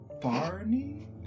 Barney